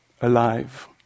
alive